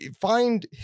find